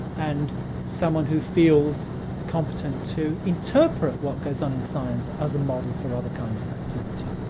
and someone who feels competent to interpret what goes on in science as a model for other kinds of activity.